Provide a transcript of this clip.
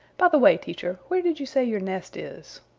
by the way, teacher, where did you say your nest is?